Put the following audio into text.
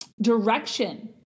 direction